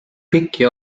pikki